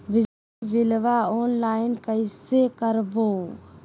बिजली बिलाबा ऑनलाइन कैसे करबै?